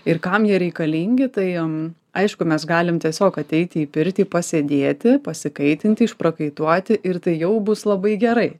ir kam jie reikalingi tai aišku mes galim tiesiog ateiti į pirtį pasėdėti pasikaitinti išprakaituoti ir tai jau bus labai gerai